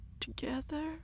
together